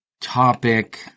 topic